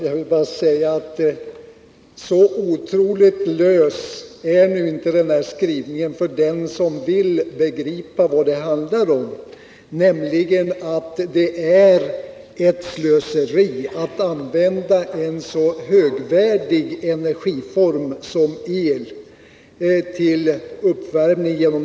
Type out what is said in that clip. Herr talman! Så otroligt lös är nu inte denna skrivning — för den som vill begripa vad det handlar om, nämligen att det är slöseri att genom direktverkande elvärme använda en så högvärdig energiform som el till uppvärmning.